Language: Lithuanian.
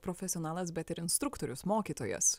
profesionalas bet ir instruktorius mokytojas